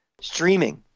streaming